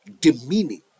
demeaning